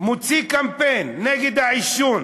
מוציא קמפיין נגד העישון